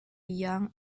young